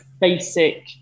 basic